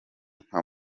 nka